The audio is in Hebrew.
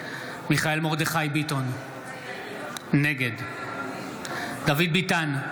מיכאל מרדכי ביטון, נגד דוד ביטן,